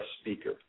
speaker